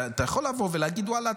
אתה יכול לבוא להגיד: ואללה,